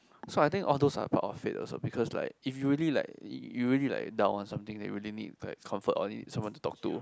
so I think all those are part of fate also because like if you really like you really like down or something then you really like comfort or need someone to talk to